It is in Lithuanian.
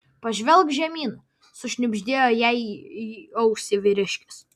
pažvelk žemyn sušnibždėjo jai į ausį vyriškis